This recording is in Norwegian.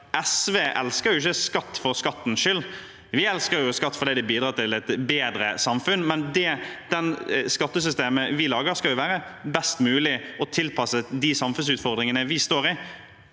SV ikke elsker skatt for skattens skyld. Vi elsker skatt fordi det bidrar til et bedre samfunn, men det skattesystemet vi lager, skal være best mulig og tilpasset de samfunnsutfordringene vi står i.